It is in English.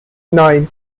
nine